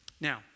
Now